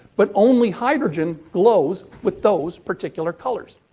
but, only hydrogen glows with those particular colors.